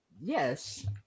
Yes